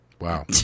Wow